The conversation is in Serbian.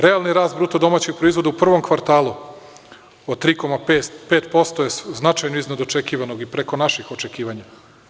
Realni rast bruto domaćeg proizvoda u prvom kvartalu od 3,5% su značajni iznad očekivanog i preko naših očekivanja.